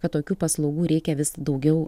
kad tokių paslaugų reikia vis daugiau